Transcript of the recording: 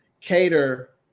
cater